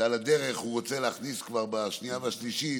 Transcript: שעל הדרך הוא רוצה להכניס כבר עוד שינוי בשנייה והשלישית.